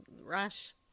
Rush